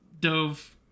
dove